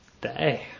day